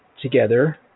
together